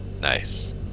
nice